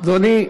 אדוני,